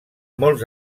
molts